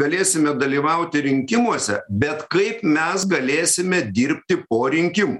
galėsime dalyvauti rinkimuose bet kaip mes galėsime dirbti po rinkimų